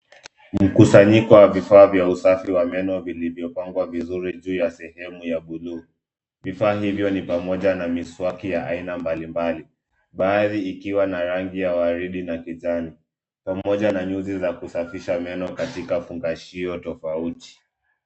Mkusanyiko wa vifaa vya usafi wa meno vilivyopangwa vizuri juu ya sehemu ya bluu. Vifaa hivyo ni pamoja na miswaki ya aina mbalimbali, baadhi ikiwa na rangi ya waridi na kijani, pamoja na nyuzi za kusafisha meno katika fungashio tofauti.